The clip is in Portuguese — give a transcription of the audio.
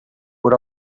por